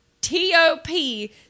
T-O-P